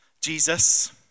Jesus